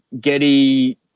Getty –